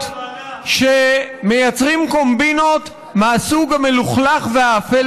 מייצרים קומבינות מהסוג המלוכלך והאפל